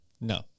No